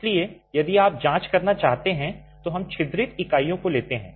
इसलिए यदि आप जांच करना चाहते हैं तो हम छिद्रित इकाइयों को लेते हैं